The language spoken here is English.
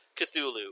Cthulhu